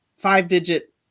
Five-digit